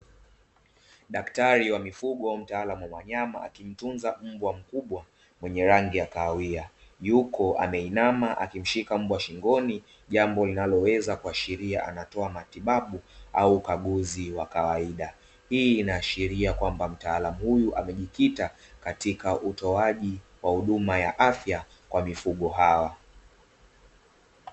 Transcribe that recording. Daktari wa mifugo mtaalamu wa wanyama akimtunza mbwa mkubwa mwenye rangi ya kahawia, yuko ameinama akimshika mbwa shingoni jambo linaloweza kuashiria anatoa matibabu au ukaguzi wa kawaida. Hii inaashiria kwamba mtaalamu huyu amejikita katika utoaji wa huduma ya afya kwa mifugo hawa.